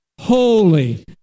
Holy